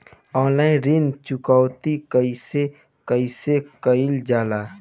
Online ऋण चुकौती कइसे कइसे कइल जाला?